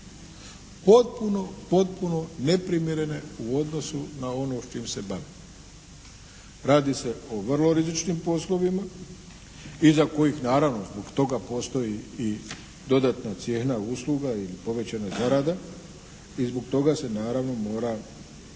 potpuno, potpuno neprimjerene u odnosu na ono s čim se bave. Radi se o vrlo rizničnim poslovima iza kojih naravno zbog toga postoji i dodatna cijena usluga i povećana zarada. I zbog toga se naravno mora